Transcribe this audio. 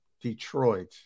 Detroit